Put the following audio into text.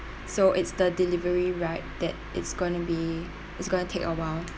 so it's the delivery ride that it's going to be it's going to take a while